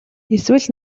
эсвэл